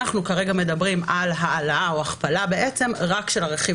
אנחנו כרגע מדברים על הכפלה רק של רכיב